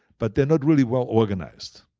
but they're not really well organized.